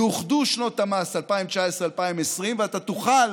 יאוחדו שנות המס 2019 ו-2020, ואתה תוכל